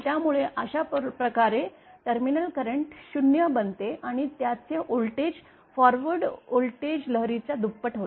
त्यामुळे अशा प्रकारे टर्मिनल करंट 0 बनतो आणि त्याचे व्होल्टेज फॉरवर्ड व्होल्टेज लहरीच्या दुप्पट होते